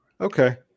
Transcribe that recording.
Okay